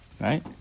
right